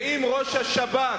ואם ראש השב"כ,